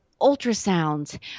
ultrasounds